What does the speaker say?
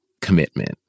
commitment